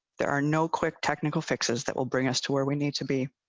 there are no quick technical fixes that will bring us to where we need to be.